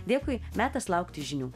dėkui metas laukti žinių